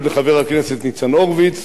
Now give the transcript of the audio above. שמאוד נלחם עבורם.